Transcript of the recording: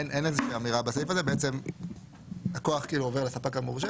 אין אמירה בסעיף הזה, בעצם הכוח עובר לספק המורשה